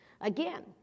Again